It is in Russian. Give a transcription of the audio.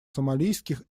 сомалийских